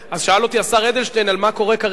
מה קורה כרגע,